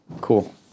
Cool